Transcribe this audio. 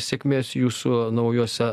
sėkmės jūsų naujuose